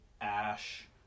ash